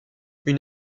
une